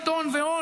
עיתון והון.